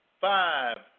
five